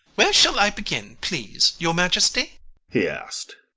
where shall i begin, please your majesty he asked.